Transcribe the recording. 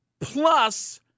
Plus